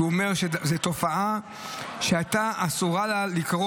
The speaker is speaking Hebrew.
שאומר שזו תופעה שהיה אסור שתקרה,